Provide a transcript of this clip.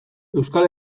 euskal